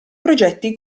progetti